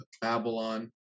Babylon